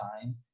time